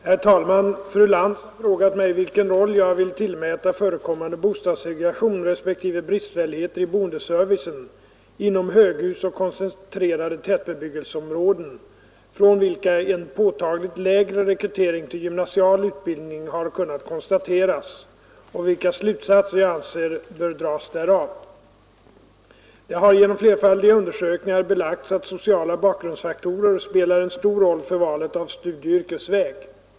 Herr talman! Fru Lantz har frågat mig vilken roll jag vill tillmäta förekommande bostadssegregation respektive bristfälligheter i boendeservicen inom höghusoch koncentrerade tätbebyggelseområden, från vilka en påtagligt lägre rekrytering till gymnasial utbildning har kunnat konstateras och vilka slutsatser jag anser bör dras därav. Det har genom flerfaldiga undersökningar belagts att sociala bakgrundsfaktorer spelar stor roll för valet av studieoch yrkesväg.